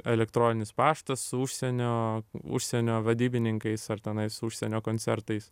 elektroninis paštas su užsienio užsienio vadybininkais ar tenais su užsienio koncertais